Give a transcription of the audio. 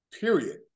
Period